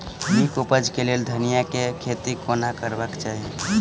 नीक उपज केँ लेल धनिया केँ खेती कोना करबाक चाहि?